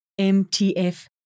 MTF